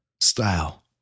style